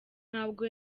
ntabwo